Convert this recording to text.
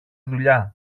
δουλειά